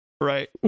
right